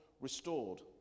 restored